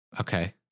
Okay